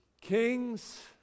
Kings